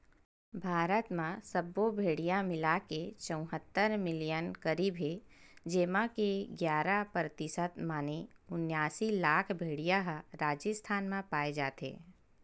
भारत म सब्बो भेड़िया मिलाके चउहत्तर मिलियन करीब हे जेमा के गियारा परतिसत माने उनियासी लाख भेड़िया ह राजिस्थान म पाए जाथे